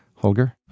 Holger